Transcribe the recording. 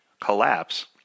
collapse